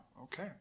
okay